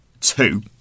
Two